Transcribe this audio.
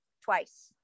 twice